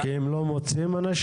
כי הם לא מוצאים אנשים?